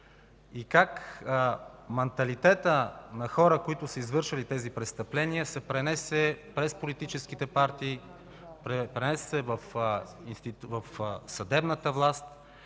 и как манталитетът на хора, които са извършвали тези престъпления, се пренесе през политическите партии, пренесе се в съдебната власт